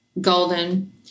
golden